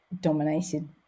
dominated